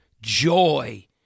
joy